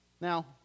Now